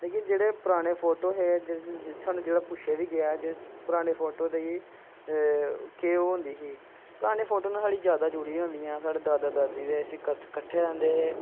लेकिन जेह्ड़े पराने फोटो हे साह्नू जेह्ड़ा पुछेआ बी गेआ पराने फोटो दी केह् ओह् होंदी ही पराने फोटो नै साढ़ी जादां जुड़ी दियां होंदियां साढ़े दादा दादी अस कट्ठे रैंह्दे हे